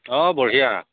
অঁ বঢ়িয়া